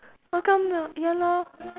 how come ah ya lor